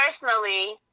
Personally